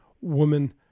woman